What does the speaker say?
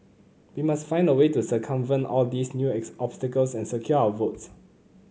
we must find a way to circumvent all these new is obstacles and secure our votes